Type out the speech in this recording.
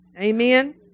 amen